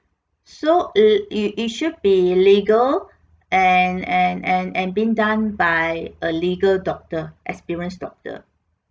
so it it it should be legal and and and and being done by a legal doctor experience doctor